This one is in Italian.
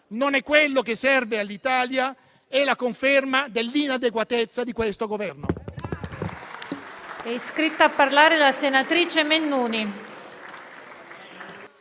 non è quello che serve all'Italia ed è la conferma dell'inadeguatezza di questo Governo.